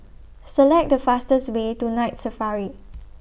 Select The fastest Way to Night Safari